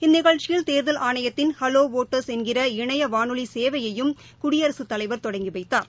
இந்நிகழ்ச்சியில் தேர்தல் ஆணையத்தின் ஹலோ வோட்டர்ஸ் என்கிற இணைய வானொலி சேவையையும் குடியரசுத் தலைவர் தொடங்கி வைத்தார்